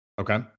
Okay